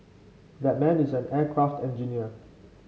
that man is an aircraft engineer